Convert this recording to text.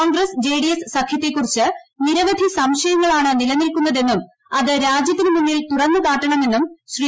കോൺഗ്രസ് ജെഡിഎസ് സഖ്യത്തെക്കുറിച്ച് നിരവധി സംശയങ്ങളാണ് നിലനിൽക്കുന്നതെന്നും അത് രാജ്യത്തിന് മുന്നിൽ തുറന്ന് കാട്ടണമെന്ന് ശ്രീ